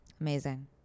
Amazing